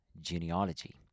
genealogy